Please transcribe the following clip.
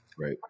Right